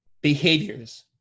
behaviors